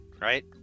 right